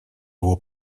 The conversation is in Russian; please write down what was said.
его